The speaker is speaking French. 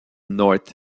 north